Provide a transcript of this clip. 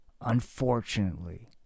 unfortunately